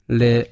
le